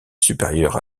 supérieure